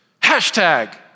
Hashtag